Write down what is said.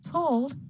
Told